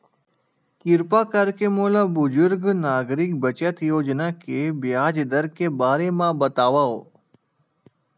किरपा करके मोला बुजुर्ग नागरिक बचत योजना के ब्याज दर के बारे मा बतावव